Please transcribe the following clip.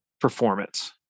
performance